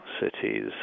cities